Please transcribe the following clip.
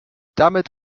damit